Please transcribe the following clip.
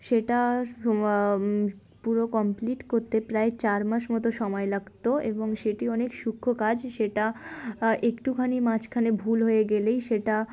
সেটা পুরো কমপ্লিট করতে প্রায় চার মাস মতো সময় লাগতো এবং সেটি অনেক সূক্ষ্ম কাজ সেটা একটুখানি মাঝখানে ভুল হয়ে গেলেই সেটা